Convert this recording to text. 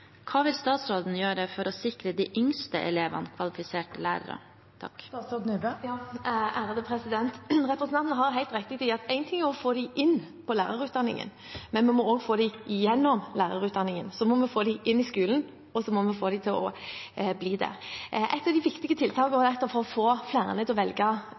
Hva vil statsråden gjøre for å sikre de yngste elevene kvalifiserte lærere? Representanten har helt rett i at én ting er å få dem inn i lærerutdanningen, men vi må også få dem gjennom lærerutdanningen. Så må vi få dem inn i skolen, og så må vi få dem til å bli der. Et av de viktige tiltakene nettopp for å få flere til å velge